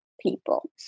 people